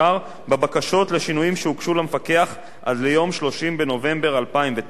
שהוגשו למפקח עד ליום 30 בנובמבר 2009. הגבלת